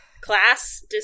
Class